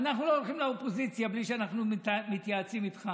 ואנחנו לא הולכים לאופוזיציה בלי שאנחנו מתייעצים איתך.